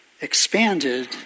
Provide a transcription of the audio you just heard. expanded